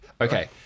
Okay